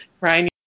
Ryan